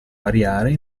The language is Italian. variare